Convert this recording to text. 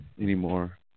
anymore